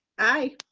aye.